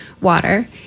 water